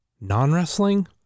non-wrestling